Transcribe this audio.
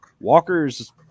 walker's